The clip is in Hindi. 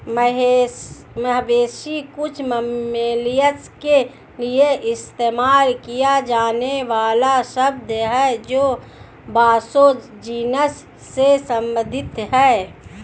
मवेशी कुछ मैमल्स के लिए इस्तेमाल किया जाने वाला शब्द है जो बोसो जीनस से संबंधित हैं